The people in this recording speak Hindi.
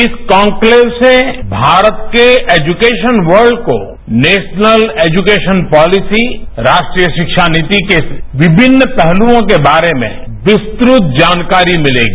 इस कॉनक्लेव से भारत के एजुकेशन वर्लड को नेरानत एजुकेशन पॉलिसी राष्ट्रीय शिक्षा नीति के इस विभिन्न पहलुओं के बारेमें विस्तृत जानकारी मिलेगी